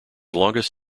longest